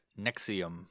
Nexium